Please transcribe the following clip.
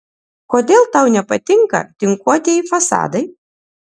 kodėl tau nepatinka tinkuotieji fasadai